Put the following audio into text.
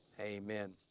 Amen